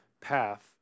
path